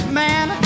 man